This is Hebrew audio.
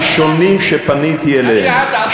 הראשונים שפניתי אליהם,